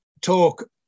talk